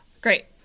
Great